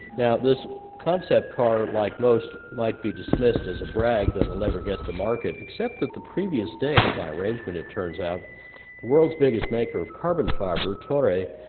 now this concept car like most, might be dismissed as a brag that will never get to market except that the previous day by arrangement it turns out the world's biggest maker of carbon fiber, toray,